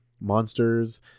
monsters